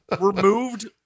removed